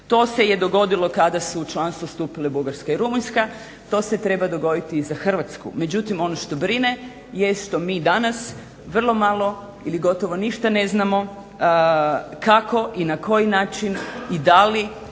To se dogodilo kada su u članstvo stupile Bugarska i Rumunjska, to se treba dogoditi i za Hrvatsku, međutim ono što brine je što mi danas vrlo malo ili gotovo ništa ne znamo kako i na koji način i da li